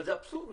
זה אבסורד.